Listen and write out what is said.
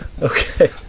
Okay